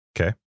okay